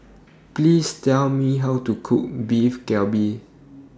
Please Tell Me How to Cook Beef Galbi